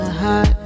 hot